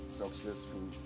successful